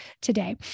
today